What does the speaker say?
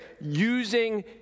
using